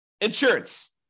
insurance